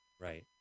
Right